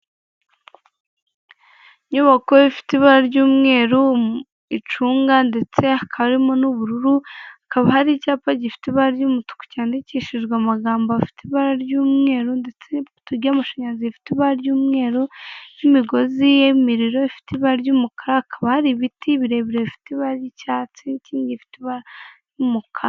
Inyubako ifite ibara ry'umweru, icunga ndetse hakaba harimo n'ubururu kaba hari icyapa gifite ibara ry'umutuku cyandikishijwe amagambo afite ibara ry'umweru ndetse ni poto ry'amashanyarazi rifite ibara ry'umweru ry'imigozi yimeriro ifite ibara ry'umukara akaba hari ibiti birebire bifite ibara ry'icyatsi ikindi gifite ibara n'umukara.